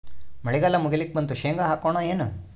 ಮಳಿಗಾಲ ಮುಗಿಲಿಕ್ ಬಂತು, ಶೇಂಗಾ ಹಾಕೋಣ ಏನು?